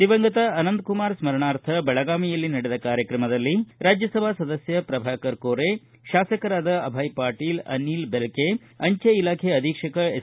ದಿವಂಗತ ಅನಂತಕುಮಾರ ಸ್ಪರಣಾರ್ಥ ಬೆಳಗಾವಿಯಲ್ಲಿ ನಡೆದ ಕಾರ್ಯಕ್ರಮದಲ್ಲಿ ರಾಜ್ವಸಭಾ ಸದಸ್ಯ ಪ್ರಭಾಕರ ಕೋರೆ ಶಾಸಕರಾದ ಅಭಯ ಪಾಟೀಲ ಅನಿಲ ಬೆನಕೆ ಅಂಚೆ ಇಲಾಖೆಯ ಅಧೀಕ್ಷಕ ಎಸ್